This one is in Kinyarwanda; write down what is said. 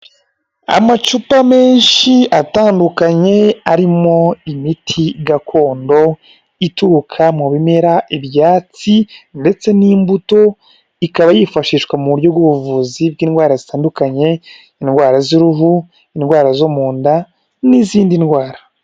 Amacupa menshi atandukanye arimo imiti gakondo, ituruka mu bimera ibyatsi ndetse n'imbuto, ikaba yifashishwa mu buryo bw'ubuvuzi bw'indwara zitandukanye, indwara z'uruhu, indwara zo mu nda n'izindi ndwara.